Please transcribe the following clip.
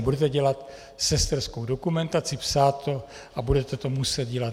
Budete dělat sesterskou dokumentaci, psát to a budete to muset dělat.